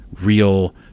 real